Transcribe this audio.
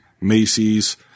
Macy's